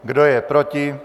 Kdo je proti?